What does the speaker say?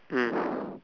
mm